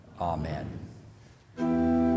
Amen